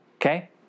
okay